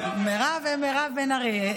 מירב ומירב בן ארי.